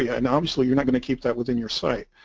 yeah and obviously you're not going to keep that within your sight.